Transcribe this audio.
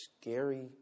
scary